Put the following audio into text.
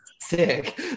sick